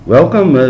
Welcome